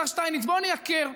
השר שטייניץ: בואו נייקר,